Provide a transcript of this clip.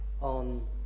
on